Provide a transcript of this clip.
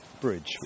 bridge